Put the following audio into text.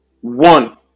One